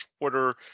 Twitter